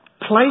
place